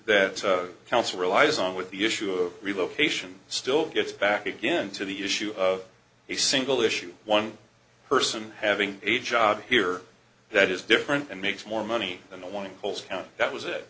that council relies on with the issue of relocation still gets back again to the issue of the single issue one person having a job here that is different and makes more money than the one holds county that was